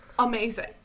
Amazing